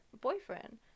boyfriend